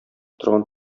торган